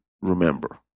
remember